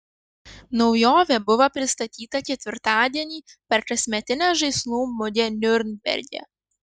naujovė buvo pristatyta ketvirtadienį per kasmetinę žaislų mugę niurnberge